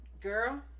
girl